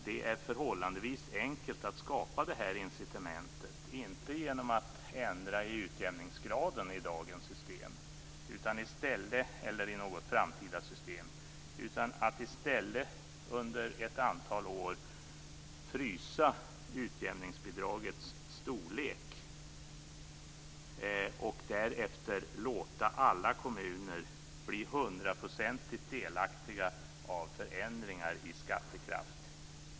Det är förhållandevis enkelt att skapa detta incitament, inte genom att ändra utjämningsgraden i dagens system eller i något framtida system utan i stället genom att under ett antal år frysa utjämningsbidragets storlek och därefter låta alla kommuner bli hundraprocentigt delaktiga av förändringar i skattekraft.